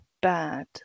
bad